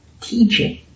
teaching